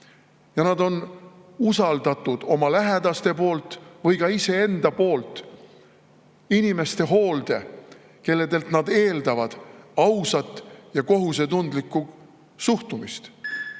Ja nad on usaldatud oma lähedaste poolt või ka iseenda poolt inimeste hoolde, kellelt nad eeldavad ausat ja kohusetundlikku suhtumist